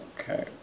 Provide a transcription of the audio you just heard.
Okay